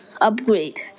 upgrade